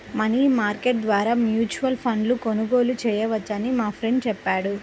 money market ద్వారా mutual ఫండ్ను కొనుగోలు చేయవచ్చని మా ఫ్రెండు చెప్పాడు